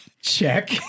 Check